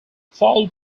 foul